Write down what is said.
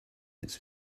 its